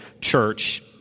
church